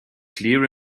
clear